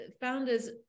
founders